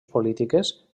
polítiques